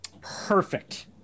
perfect